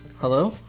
Hello